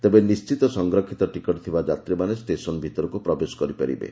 ତେବେ ନିଣ୍ବିତ ସଂରକ୍ଷିତ ଟିକଟ ଥିବା ଯାତ୍ରୀମାନେ ଷେସନ ଭିତରକୁ ପ୍ରବେଶ କରିପାରିବେ